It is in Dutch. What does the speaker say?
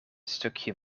stukje